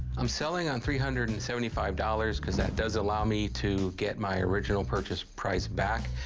i'm selling on three hundred and seventy five dollars because that does allow me to get my original purchase price back,